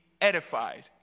Edified